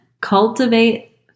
cultivate